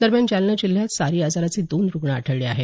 दरम्यान जालना जिल्ह्यात सारी आजाराचे दोन रुग्ण आढळले आहेत